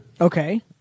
Okay